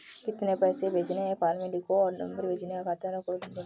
कितने पैसे भेजने हैं फॉर्म में लिखो और भेजने वाले खाता नंबर को भी लिखो